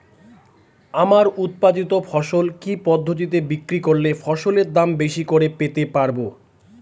আমার উৎপাদিত ফসল কি পদ্ধতিতে বিক্রি করলে ফসলের দাম বেশি করে পেতে পারবো?